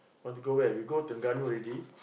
want to go where we go Terengganu already